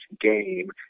game